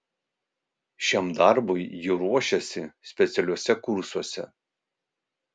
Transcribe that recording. šiam darbui jie ruošiasi specialiuose kursuose